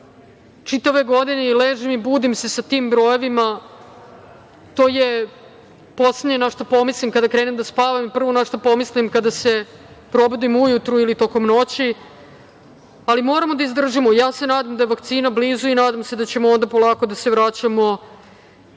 čitave godine ležem i budim se sa tim brojevima, to je poslednje na šta pomislim kada krenem da spavam, prvo na šta pomislim kada se probudim ujutru ili tokom noći. Moramo da izdržimo. Nadam se da je vakcina blizu i nadam se da ćemo onda polako da se vraćamo